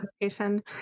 location